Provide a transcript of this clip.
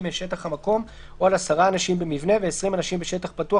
משטח המקום או על 10 אנשים במבנה ו-20 אנשים בשטח פתוח,